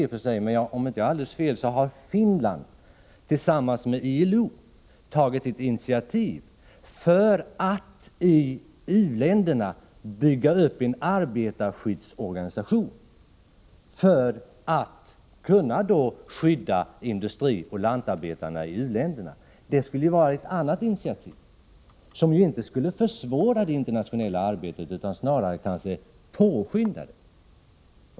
Om jag inte har alldeles fel, har Finland, tillsammans med ILO, tagit ett initiativ för att i u-länderna bygga upp en arbetarskyddsorganisation för att kunna skydda industrioch lantarbetarna i u-länderna. Detta är ett annat initiativ, som inte skulle försvåra det internationella arbetet utan snarare påskynda det.